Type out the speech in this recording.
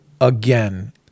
again